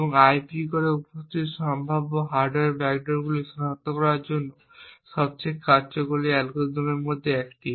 এবং আইপি কোরে উপস্থিত সম্ভাব্য হার্ডওয়্যার ব্যাকডোরগুলি সনাক্ত করার জন্য সবচেয়ে কার্যকরী অ্যালগরিদমগুলির মধ্যে একটি